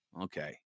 Okay